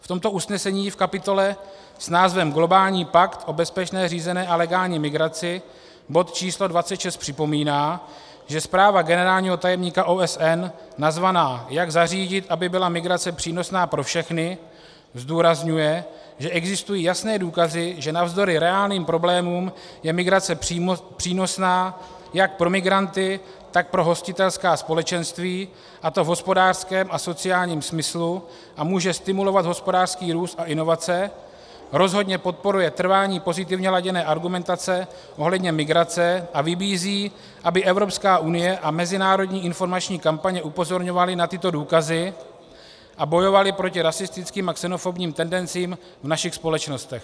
V tomto usnesení v kapitole s názvem Globální pakt o bezpečné, řízené a legální migraci, bod číslo 26, připomíná, že zpráva generálního tajemníka OSN nazvaná Jak zařídit, aby byla migrace přínosná pro všechny, zdůrazňuje, že existují jasné důkazy, že navzdory reálným problémům je migrace přínosná jak pro migranty, tak pro hostitelská společenství, a to v hospodářském a sociálním smyslu, a může stimulovat hospodářský růst a inovace, rozhodně podporuje trvání pozitivně laděné argumentace ohledně migrace a vybízí, aby Evropská unie a mezinárodní informační kampaně upozorňovaly na tyto důkazy a bojovaly proti rasistickým a xenofobním tendencím v našich společnostech.